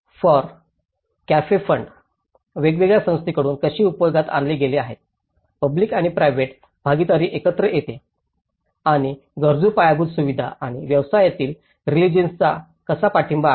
four cafe fund वेगवेगळ्या संस्थांकडून कसे उपयोगात आणले गेले आहेत पब्लिक आणि प्राव्हेट भागीदारी एकत्र येत आहेत आणि गरजू पायाभूत सुविधा आणि व्यवसायातील रेसिलियन्सला कसा पाठिंबा आहे